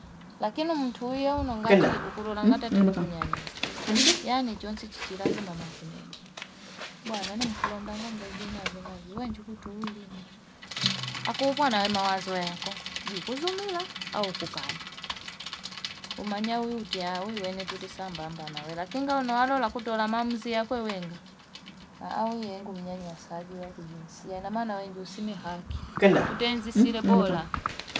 Lakini mtu huyo nangati ukurora ngati ni kunyanyasa yani chonsisi lazima makunene, bwana nemkulonda ng'ombe vi na vi na vi wenjuu kutuuliakuvua na mawazo yako juu kuzumila au kana, umanya uti we wene tuli sambamba na we lakini nganoano lakutola mamzi yakwe wenga awe ye nku unyanyasaji wa kijinsia inamana wengi sile haki, utenzi sila bola.